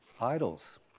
idols